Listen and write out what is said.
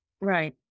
Right